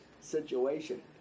situation